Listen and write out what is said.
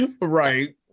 Right